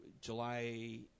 July